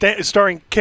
starring